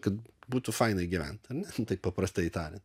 kad būtų fainai gyvent ane taip paprastai tariant